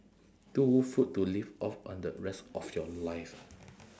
two food to live off on the rest of your life ah